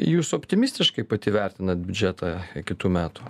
jūs optimistiškai pati vertinat biudžetą kitų metų